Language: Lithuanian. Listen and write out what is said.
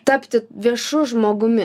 tapti viešu žmogumi